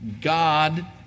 God